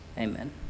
Amen